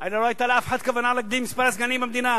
הרי לא היתה לאף אחד כוונה להגדיל את מספר הסגנים במדינה.